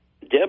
Deb